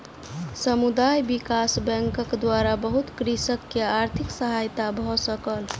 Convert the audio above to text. समुदाय विकास बैंकक द्वारा बहुत कृषक के आर्थिक सहायता भ सकल